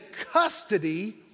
custody